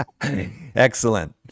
Excellent